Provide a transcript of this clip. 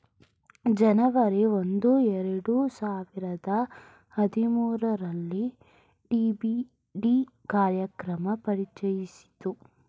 ಜನವರಿ ಒಂದು ಎರಡು ಸಾವಿರದ ಹದಿಮೂರುರಲ್ಲಿ ಡಿ.ಬಿ.ಡಿ ಕಾರ್ಯಕ್ರಮ ಪರಿಚಯಿಸಿತು